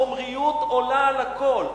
החומריות עולה על הכול.